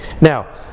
now